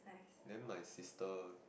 then my sister